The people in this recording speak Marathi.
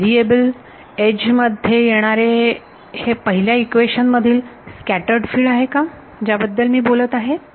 व्हेरिएबल एज मध्ये येणारे हे पहिल्या इक्वेशन मधील स्कॅटर्ड फिल्ड आहे का ज्याबाबत मी बोलत आहे